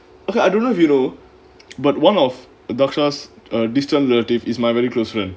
okay I don't know if you know but one of dakshar's err distant relative is my really close friend